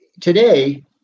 today